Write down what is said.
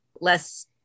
less